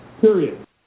Period